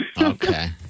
Okay